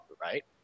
right